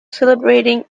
celebrating